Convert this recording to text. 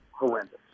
horrendous